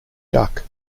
duck